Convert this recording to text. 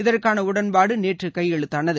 இதற்கானஉடன்பாடுநேற்றுகையெழுத்தானது